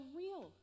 real